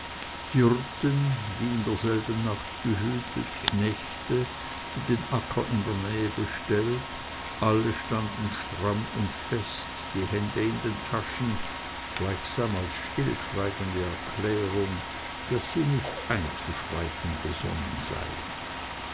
die in derselben nacht gehütet knechte die den acker in der nähe bestellt alle standen stramm und fest die hände in den taschen gleichsam als stillschweigende erklärung daß sie nicht einzuschreiten gesonnen seien